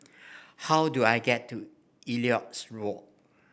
how do I get to Elliot's Walk